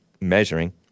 measuring